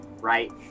right